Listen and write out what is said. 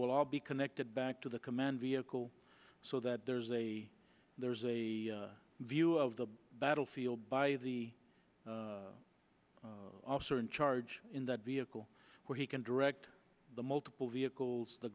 will all be connected back to the command vehicle so that there's a there's a view of the battlefield by the officer in charge in that vehicle where he can direct the multiple vehicles the